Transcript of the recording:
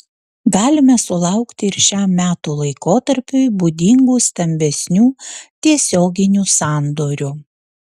galime sulaukti ir šiam metų laikotarpiui būdingų stambesnių tiesioginių sandorių